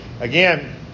Again